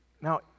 Now